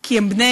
כי הם בני-אדם.